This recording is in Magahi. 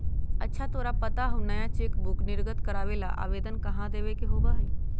अच्छा तोरा पता हाउ नया चेकबुक निर्गत करावे ला आवेदन कहाँ देवे के होबा हई?